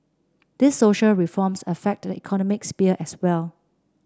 these social reforms affect the economic sphere as well